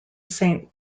saint